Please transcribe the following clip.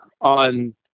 on